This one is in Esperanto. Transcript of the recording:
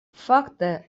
fakte